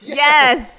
yes